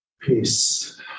peace